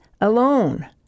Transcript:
alone